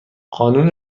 قانون